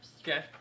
Okay